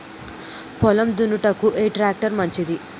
పొలం దున్నుటకు ఏ ట్రాక్టర్ మంచిది?